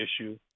issue